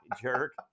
Jerk